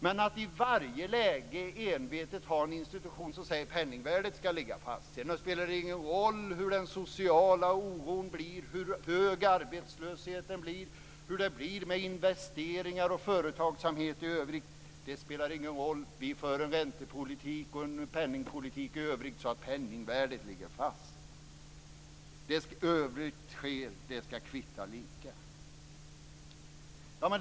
Men att i varje läge envetet ha en institution som säger att penningvärdet skall ligga fast och att det sedan inte spelar någon roll hur den sociala oron blir, hur hög arbetslösheten blir, hur det blir med investeringar och företagsamhet i övrigt. Vi skall föra en räntepolitik och en penningpolitik så att penningvärdet ligger fast. Det som i övrigt sker kvittar lika.